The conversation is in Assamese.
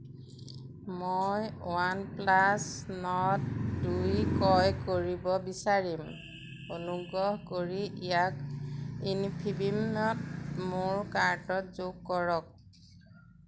মই ৱানপ্লাছ নৰ্ড দুই ক্ৰয় কৰিব বিচাৰিম অনুগ্ৰহ কৰি ইয়াক ইনফিবিমত মোৰ কাৰ্টত যোগ কৰক